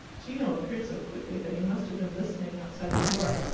gino appeared so quickly that he must have been listening outside the door.